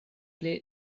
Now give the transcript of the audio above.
plej